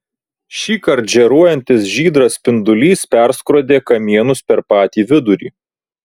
šįkart žėruojantis žydras spindulys perskrodė kamienus per patį vidurį